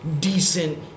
decent